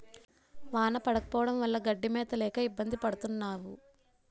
వాన పడకపోవడం వల్ల గడ్డి మేత లేక ఇబ్బంది పడతన్నావు